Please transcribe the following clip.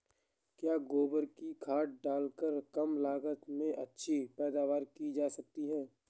क्या गोबर की खाद को डालकर कम लागत में अच्छी पैदावारी की जा सकती है?